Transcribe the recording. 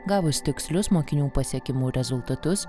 gavus tikslius mokinių pasiekimų rezultatus